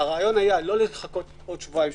הרעיון היה לא לחכות עוד שבועיים,